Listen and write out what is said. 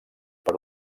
per